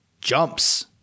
jumps